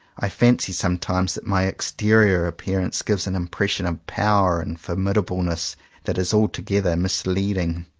i fancy sometimes that my exterior appearance gives an impression of power and formid ableness that is altogether misleading.